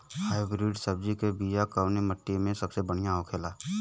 Hybrid सब्जी के बिया कवने मिट्टी में सबसे बढ़ियां होखे ला?